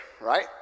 right